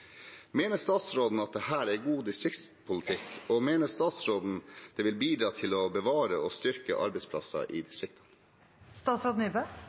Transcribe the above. Mener statsråden at dette er god distriktspolitikk, og mener statsråden det vil bidra til å bevare og styrke arbeidsplasser i